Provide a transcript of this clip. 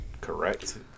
correct